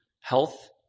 health